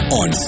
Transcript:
on